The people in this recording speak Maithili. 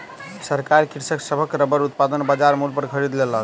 सरकार कृषक सभक रबड़ उत्पादन बजार मूल्य पर खरीद लेलक